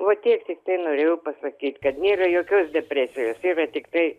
o tiesiai norėjau pasakyti kad nėra jokios depresijos yra tiktai